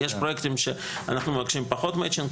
יש פרוייקטים שאנחנו מבקשים פחות מצ'ינג,